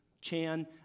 Chan